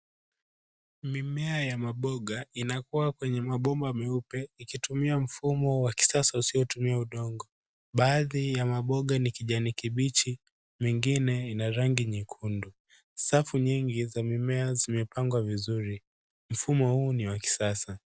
Mimea ya maboga inakua kwenye mabomba meupe ikitumia mfumo wa kisasa usiotumia udongo, baadhi ya maboga ni kijani kibichi, mengine ina rangi nyekundu. Safu nyingi za mimea zimepangwa vizuri, mfumo huu ni wa kisasa.